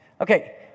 Okay